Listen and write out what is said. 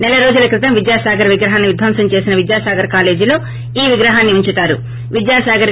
నెలరోజుల క్రితం విద్వాసాగర్ విగ్రహాన్ని విధ్యంసం చేసిన విద్యాసాగర్ కాలేజీలో ఈ విగ్రహాన్ని ఆ తర్వాత ఉంచుతారు